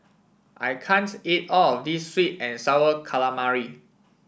I can't eat all of this sweet and sour calamari